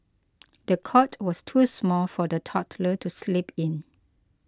the cot was too small for the toddler to sleep in